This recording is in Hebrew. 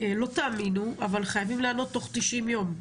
לא תאמינו אבל חייבים לענות תוך 90 יום,